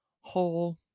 whole